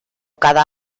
cada